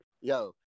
Yo